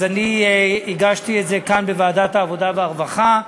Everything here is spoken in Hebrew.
אז אני הגשתי את זה כאן, בוועדת העבודה והרווחה,